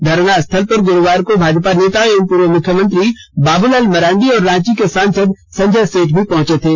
धरना स्थल पर गुरुवार को भाजपा नेता एवं पूर्व मुख्यमंत्री बाबूलाल मरांडी और रांची के सांसद संजय सेठ पहुंचे थे